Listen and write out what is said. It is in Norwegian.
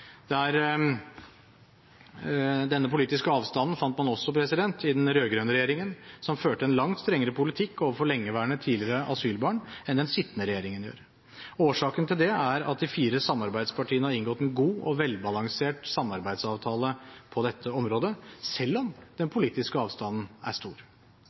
Denne politiske avstanden fant man også i den rød-grønne regjeringen, som førte en langt strengere politikk overfor lengeværende tidligere asylbarn enn den sittende regjeringen gjør. Årsaken til det er at de fire samarbeidspartiene har inngått en god og velbalansert samarbeidsavtale på dette området, selv om den politiske avstanden er stor.